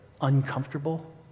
uncomfortable